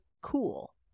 cool